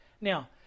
Now